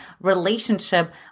relationship